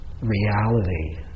reality